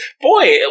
boy